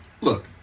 look